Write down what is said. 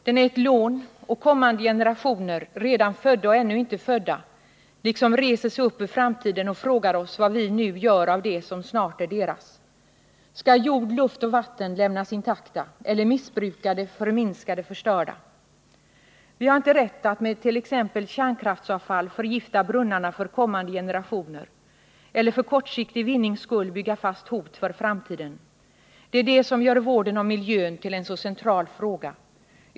Det är ett lån, och kommande generationer — redan födda och ännu inte födda — liksom reser sig upp ur framtiden och frågar oss vad vi nu gör av det som snart är deras. Skall jord, luft och vatten lämnas intakta? Eller missbrukade, förminskade, förstörda? Vi har inte rätt att med t.ex. kärnkraftsavfall förgifta brunnarna för kommande generationer eller att för kortsiktig vinnings skull bygga fast för framtiden. Det är detta som gör vården av miljön till en så central fråga.